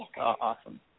Awesome